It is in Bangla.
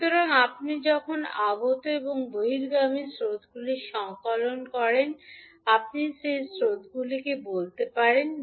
সুতরাং আপনি যখন আগত এবং বহির্গামী স্রোতগুলি সংকলন করেন আপনি সেই স্রোত বলতে পারেন